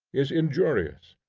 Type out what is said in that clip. is injurious,